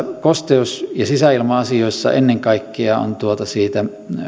kosteus ja sisäilma asioissa ennen kaikkea on myös siitä